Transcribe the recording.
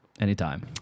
Anytime